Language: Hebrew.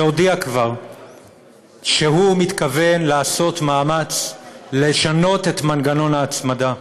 שכבר הודיע שהוא מתכוון לעשות מאמץ לשנות את מנגנון ההצמדה.